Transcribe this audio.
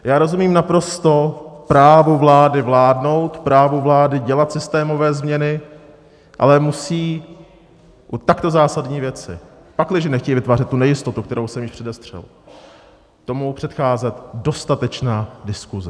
Já rozumím naprosto právu vlády vládnout, právu vlády dělat systémové změny, ale musí tomu u takto zásadní věci, pakliže nechtějí vytvářet tu nejistotu, kterou jsem již předestřel, předcházet dostatečná diskuse.